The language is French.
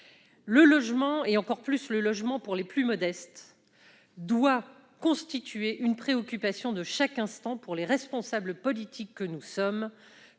Le logement, et encore plus le logement pour les plus modestes, doit constituer une préoccupation de chaque instant pour les responsables politiques que nous sommes,